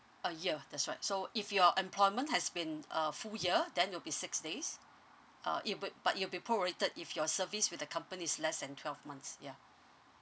a year that's right so if your employment has been a full year then will be six days uh it would but it'll be prorated if your service with the company is less than twelve months yeah